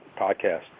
podcast